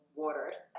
waters